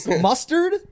mustard